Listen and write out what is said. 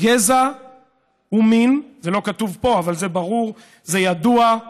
גזע ומין, זה לא כתוב פה, אבל זה ברור, זה ידוע.